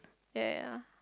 ya ya ya